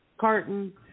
carton